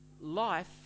life